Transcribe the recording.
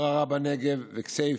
בערערה בנגב ובכסייפה,